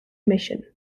mission